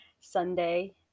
Sunday